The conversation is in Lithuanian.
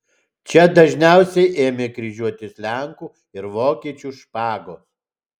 čia dažniausiai ėmė kryžiuotis lenkų ir vokiečių špagos